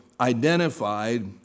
identified